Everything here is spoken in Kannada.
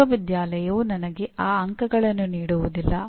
ವಿಶ್ವವಿದ್ಯಾಲಯವು ನನಗೆ ಆ ಅಂಕಗಳನ್ನು ನೀಡುವುದಿಲ್ಲ